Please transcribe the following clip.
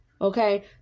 Okay